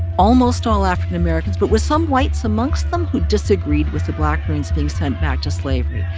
almost all african americans but with some whites amongst them who disagreed with the blackburns being sent back to slavery.